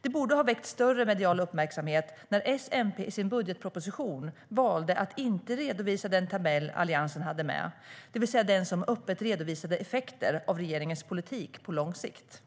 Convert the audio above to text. Det borde ha väckt större medial uppmärksamhet när S och MP i sin budgetproposition valde att inte redovisa den tabell Alliansen hade med, det vill säga den som öppet redovisade effekter av regeringens politik på lång sikt.